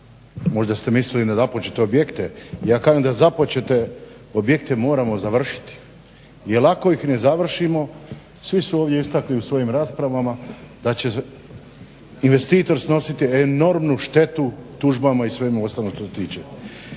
možda ste mislili na započete objekte. Ja kažem da započete objekte morate završiti jer ako ih ne završimo, svi su ovdje istakli u svojim raspravama, da će investitor snositi enormnu štetu tužbama i svemu ostalom što se tiče.